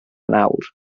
nawr